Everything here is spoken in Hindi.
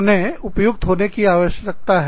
उन्हें उपयुक्त होने की आवश्यकता है